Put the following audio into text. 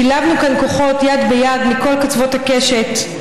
שילבנו כאן כוחות, יד ביד, מכל קצוות הקשת.